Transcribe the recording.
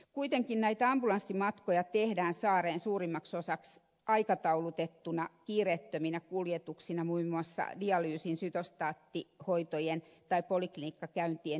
kuitenkin näitä ambulanssimatkoja tehdään saareen suurimmaksi osaksi aikataulutettuina kiireettöminä kuljetuksina muun muassa dialyysin sytostaattihoitojen tai poliklinikkakäyntien johdosta